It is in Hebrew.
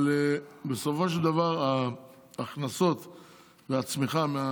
אבל בסופו של דבר ההכנסות מהצמיחה,